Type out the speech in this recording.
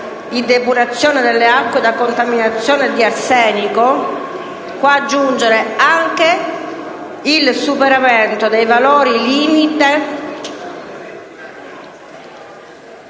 di depurazione delle acque da contaminazione di arsenico, anche il superamento dei valori limite